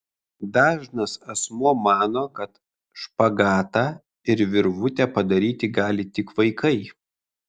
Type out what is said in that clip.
dažnas asmuo mano kad špagatą ir virvutę padaryti gali tik vaikai